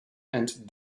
and